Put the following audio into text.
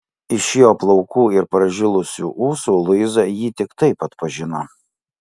iš jo plaukų ir pražilusių ūsų luiza jį tik taip atpažino